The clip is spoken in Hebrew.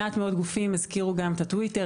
מעט מאוד גופים הזכירו גם את הטוויטר,